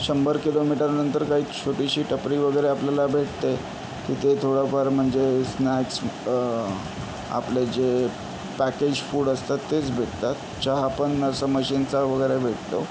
शंभर किलोमीटरनंतर काही छोटीशी टपरी वगैरे आपल्याला भेटते तिथे थोडंफार म्हणजे स्नॅक्स आपले जे पॅकेज फूड असतात तेच भेटतात चहा पण असा मशीनचा वगैरे भेटतो